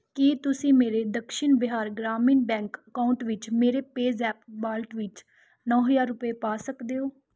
ਕੀ ਤੁਸੀਂ ਮੇਰੇ Dakshin Bihar Gramin bank account ਵਿੱਚ ਮੇਰੇ ਪੈਜ਼ੈਪ ਵਾਲਟ ਵਿੱਚ ਨੌਂ ਹਜ਼ਾਰ ਰੁਪਏ ਪਾ ਸਕਦੇ ਹੋ